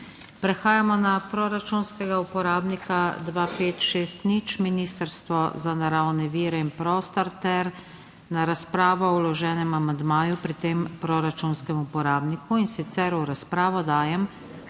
Prehajamo na proračunskega uporabnika 2560, Ministrstvo za naravne vire in prostor ter na razpravo o vloženem amandmaju pri tem proračunskem uporabniku, in sicer v razpravo dajem